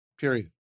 Period